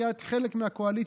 כי את חלק מהקואליציה,